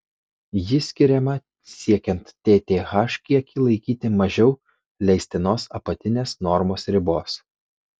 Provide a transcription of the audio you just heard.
ji skiriama siekiant tth kiekį laikyti mažiau leistinos apatinės normos ribos